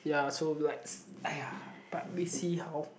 ya so likes !aiya! but we see how